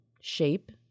shape